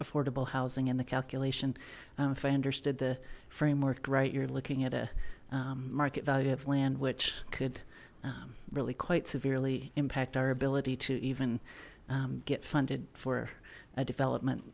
affordable housing in the calculation if i understood the framework right you're looking at a market value of land which could really quite severely impact our ability to even get funded for development